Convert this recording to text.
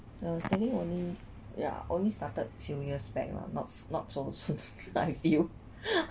uh starting only yeah only started few years back lah not not so soon lah I feel